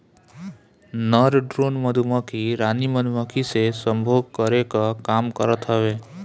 नर ड्रोन मधुमक्खी रानी मधुमक्खी से सम्भोग करे कअ काम करत हवे